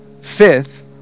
Fifth